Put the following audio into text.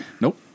Nope